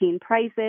prices